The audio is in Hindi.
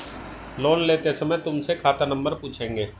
लोन लेते समय तुमसे खाता नंबर पूछेंगे